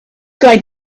going